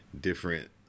different